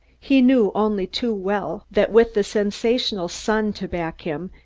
he knew only too well that with the sensational sun to back him,